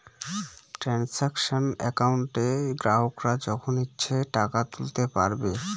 transaction একাউন্টে গ্রাহকরা যখন ইচ্ছে টাকা তুলতে পারবে